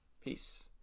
Peace